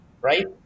right